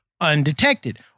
undetected